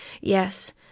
Yes